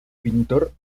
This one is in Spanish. pintor